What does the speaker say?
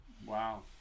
wow